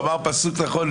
הוא אמר פסוק נכון,